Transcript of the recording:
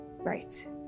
Right